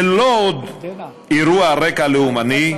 זה לא עוד אירוע על רקע לאומני,